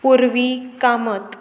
Purvi Kamat